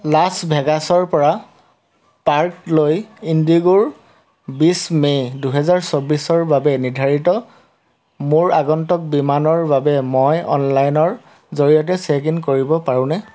Las ভেগাছৰ পৰা পাৰ্কলৈ ইণ্ডিগ'ৰ বিছ মে দুহেজাৰ চৌবিছৰ বাবে নিৰ্ধাৰিত মোৰ আগন্তুক বিমানৰ বাবে মই অনলাইনৰ জৰিয়তে চেক ইন কৰিব পাৰোঁনে